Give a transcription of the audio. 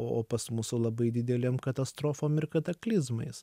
o pas mus su labai didelėm katastrofom ir kataklizmais